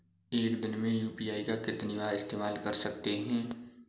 एक दिन में यू.पी.आई का कितनी बार इस्तेमाल कर सकते हैं?